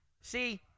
See